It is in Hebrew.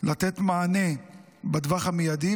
לתת מענה בטווח המיידי,